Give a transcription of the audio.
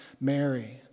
Mary